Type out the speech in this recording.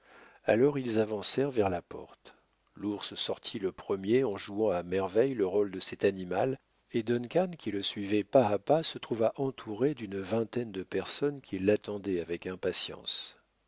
alors ils avancèrent vers la porte l'ours sortit le premier en jouant à merveille le rôle de cet animal et duncan qui le suivait pas à pas se trouva entouré d'une vingtaine de personnes qui l'attendaient avec impatience